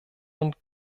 und